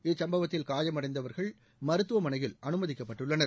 இச்சம்பவத்தில் காயமடைந்தவர்கள் மருத்துவமனையில் அனுமதிக்கப்பட்டுள்ளனர்